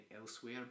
elsewhere